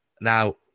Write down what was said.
Now